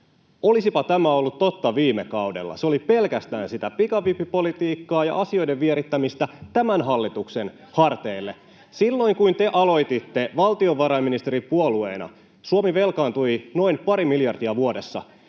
Olisipa tämä ollut totta viime kaudella: se oli pelkästään sitä pikavippipolitiikkaa ja asioiden vierittämistä tämän hallituksen harteille. Silloin kun te aloititte valtiovarainministeripuolueena, Suomi velkaantui noin pari miljardia vuodessa,